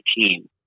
team